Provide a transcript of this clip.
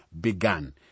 began